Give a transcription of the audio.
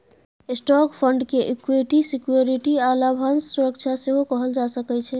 stock fund के equity security आ लाभांश सुरक्षा सेहो कहल जा सकइ छै